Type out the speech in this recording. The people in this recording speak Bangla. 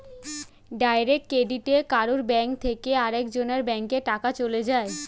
ডাইরেক্ট ক্রেডিটে কারুর ব্যাংক থেকে আরেক জনের ব্যাংকে টাকা চলে যায়